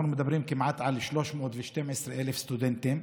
אנחנו מדברים כמעט על 312,000 סטודנטים,